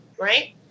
right